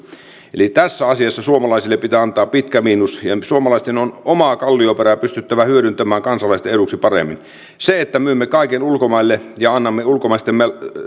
eli tässä asiassa suomalaisille pitää antaa pitkä miinus suomalaisten on omaa kallioperää pystyttävä hyödyntämään kansalaisten eduksi paremmin se että myymme kaiken ulkomaille ja annamme ulkomaisten